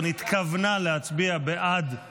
כעת נעבור להצביע על הצעת חוק לתיקון פקודת